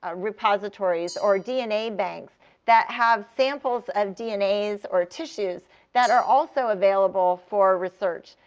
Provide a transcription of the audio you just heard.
ah repositories or dna banks that have samples of dnas or tissues that are also available for research.